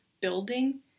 building